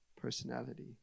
personality